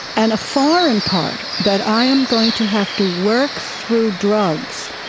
and a foreign part that i am going to have to work through drugs